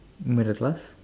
middle class